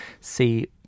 see